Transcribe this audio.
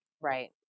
Right